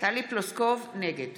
נגד